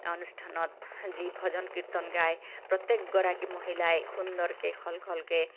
অনুষ্ঠানত যি ভজন কীৰ্তন গাই প্ৰত্যেকগৰাকী মহিলাই সুন্দৰকে সল সলকে